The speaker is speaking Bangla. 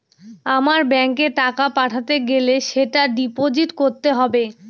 আমার ব্যাঙ্কে টাকা পাঠাতে গেলে সেটা ডিপোজিট করতে হবে